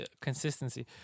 consistency